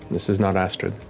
this is not astrid,